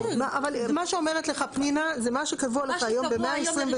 אבל מה שאומרת לך פנינה זה מה שקבוע לך היום ב-126.